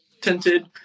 tinted